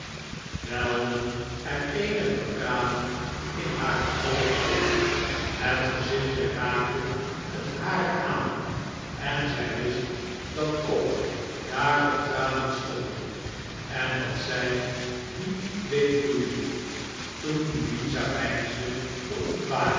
welden er eenige tranen in hare oogen op hot gezichtje raakte het hare aan en zij wist dat ook daarop tranen stonden en dat zij die deed vloeien toen louisa veinsde te ontwaken